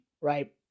right